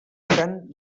tant